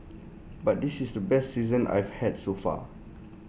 but this is the best season I've had so far